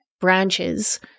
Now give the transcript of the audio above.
branches